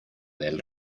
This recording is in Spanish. del